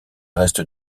reste